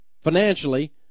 financially